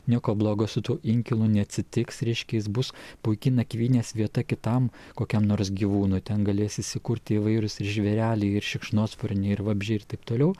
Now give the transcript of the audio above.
nieko blogo su tuo inkilu neatsitiks reiškia jis bus puiki nakvynės vieta kitam kokiam nors gyvūnui ten galės įsikurti įvairūs ir žvėreliai ir šikšnosparniai ir vabzdžiai ir taip toliau